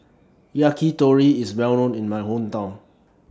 Yakitori IS Well known in My Hometown